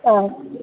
ആ